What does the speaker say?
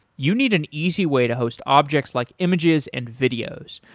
you need an easy way to host objects like images and videos.